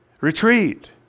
Retreat